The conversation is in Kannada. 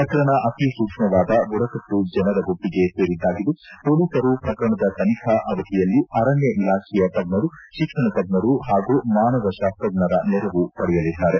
ಪ್ರಕರಣ ಅತೀ ಸೂಕ್ಷ್ಮವಾದ ಬುಡಕಟ್ಟು ಜನರ ಗುಂಪಿಗೆ ಸೇರಿದ್ದಾಗಿದ್ದು ಪೊಲೀಸರು ಪ್ರಕರಣದ ತನಿಖಾ ಅವಧಿಯಲ್ಲಿ ಅರಣ್ಯ ಇಲಾಖೆಯ ತಜ್ಜರು ಶಿಕ್ಷಣ ತಜ್ಜರು ಹಾಗೂ ಮಾನವ ಶಾಸ್ತ್ರಜ್ಞರ ನೆರವು ಪಡೆಯಲಿದ್ದಾರೆ